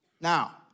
Now